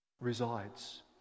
resides